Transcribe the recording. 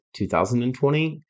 2020